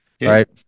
right